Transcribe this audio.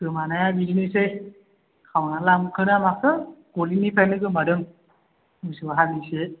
गोमानाया बिदिनोसै खावनानै लांखोना माखो गलिनिफ्रायनो गोमादों मोसौ हालिसे